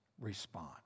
response